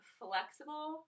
flexible